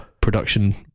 production